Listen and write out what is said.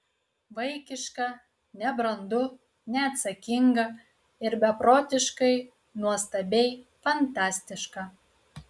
vaikiška nebrandu neatsakinga ir beprotiškai nuostabiai fantastiška